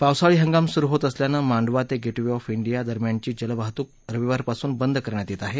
पावसाळी हंगाम सुरू होत असल्यानं मांडवा ते गेट वे ऑफ डिया दरम्यानची जलवाहतूक रविवारपासून बंद करण्यात येत आहे